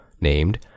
named